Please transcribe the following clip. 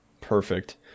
perfect